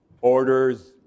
orders